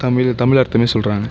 தமிழ் தமிழ் அர்த்தமே சொல்கிறாங்க